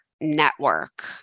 network